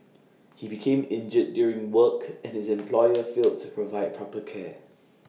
he became injured during work and his employer failed to provide proper care